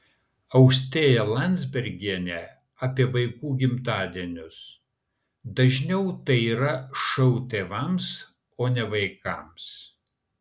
austėja landsbergienė apie vaikų gimtadienius dažniau tai yra šou tėvams o ne vaikams